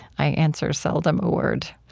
i answer seldom a word.